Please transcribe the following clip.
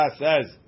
says